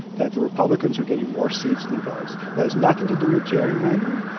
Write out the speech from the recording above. that the republicans are getting more seats than votes. that has nothing to do with gerrymandering.